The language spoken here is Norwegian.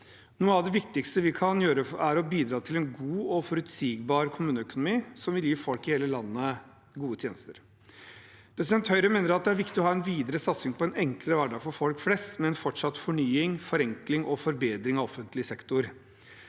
Noe av det viktigste vi kan gjøre, er å bidra til en god og forutsigbar kommuneøkonomi som vil gi folk i hele landet gode tjenester. Høyre mener det er viktig å ha en videre satsing på en enklere hverdag for folk flest, med en fortsatt fornying, forenkling og forbedring av offentlig sektor.